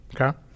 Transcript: okay